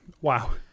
Wow